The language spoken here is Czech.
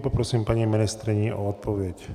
Poprosím paní ministryni o odpověď.